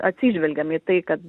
atsižvelgiam į tai kad